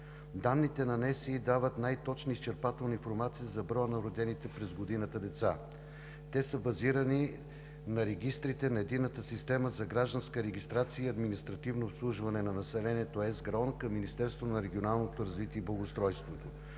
Нанесените данни дават най-точната и изчерпателна информация за броя на родените през годината деца. Те са базирани на регистрите на Единната система за гражданска регистрация и административно обслужване на населението към Министерството на регионалното развитие и благоустройството.